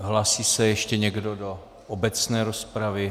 Hlásí se ještě někdo do obecné rozpravy?